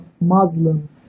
Muslim